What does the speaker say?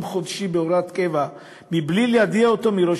חודשי בהוראת קבע בלי ליידע אותו מראש,